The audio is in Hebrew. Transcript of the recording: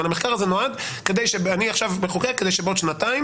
אבל המחקר הזה נועד לכך שאני עכשיו מחוקק כדי שבעוד שנתיים